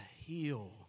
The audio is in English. heal